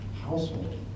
household